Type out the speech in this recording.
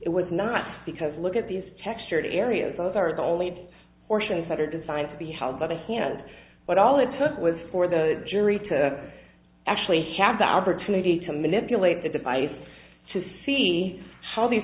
was not because look at these textured areas those are the only fortunes that are designed to be held by the hand but all it took was for the jury to actually have the opportunity to manipulate the device to see how these